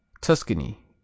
Tuscany